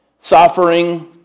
suffering